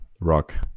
rock